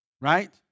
right